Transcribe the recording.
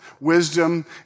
Wisdom